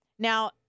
Now